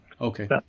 Okay